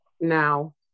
now